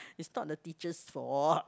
it's not the teacher's fault